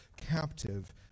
captive